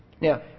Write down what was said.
Now